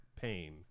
pain